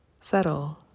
settle